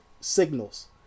signals